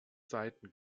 seiten